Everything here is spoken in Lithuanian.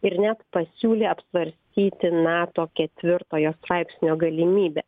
ir net pasiūlė apsvarstyti nato ketvirtojo straipsnio galimybę